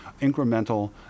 incremental